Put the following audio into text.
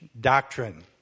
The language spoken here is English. doctrine